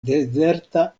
dezerta